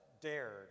dared